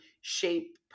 shape